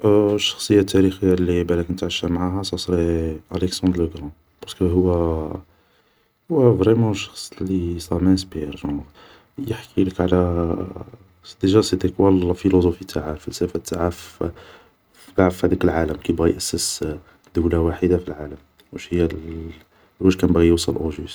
الشخصية التاريخية اللي بالاك نتعشى معاها سا سري اليكسندر لو قران, بارسكو هو, هو فريمون شخص اللي سا مانسبير, يحكي على ديجا سيتي كوا لا فيلوزوفي تاعه ,في قاع هداك العالم كي بغا ياسس دولة ةاحدة في العالم لواش كان باغي يوصل اوجيست